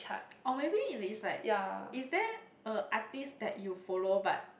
or maybe you know it's like is there a artiste that you follow but